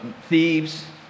thieves